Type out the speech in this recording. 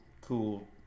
cool